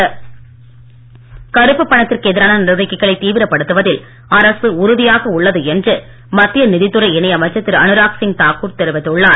அனுராக் தாக்கூர் கருப்பு பணத்திற்கு எதிரான நடவடிக்கைகளை தீவிரப்படுத்துவதில் அரசு உறுதியாக உள்ளது என்று மத்திய நிதித்துறை இணை அமைச்சர் திரு அனுராக் சிங் தாக்கூர் தெரிவித்துள்ளார்